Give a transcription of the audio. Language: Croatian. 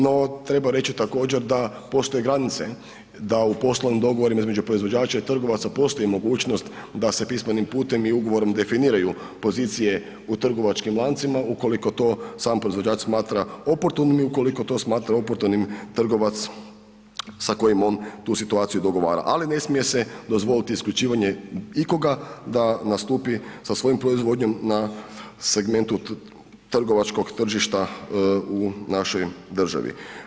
No, treba reći također da postoje granice da u poslovnim dogovorima između proizvođača i trgovaca postoji mogućnost da se pismenim putem i ugovorom definiraju pozicije u trgovačkim lancima ukoliko to sam proizvođač smatra oportunim, ukoliko to smatra oportunim trgovac sa kojim on tu situaciju dogovora, ali ne smije se dozvolit isključivanje ikoga da nastupi sa svojom proizvodnjom na segmentu trgovačkog tržišta u našoj državi.